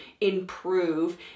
improve